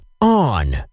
On